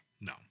No